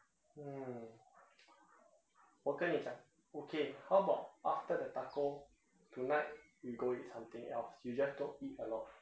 mm 我跟你讲 okay how about after the taco tonight we go eat something else you just don't eat a lot